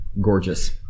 Gorgeous